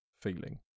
feeling